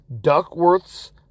duckworth's